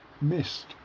missed